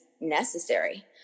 necessary